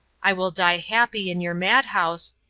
i will die happy in your madhouse,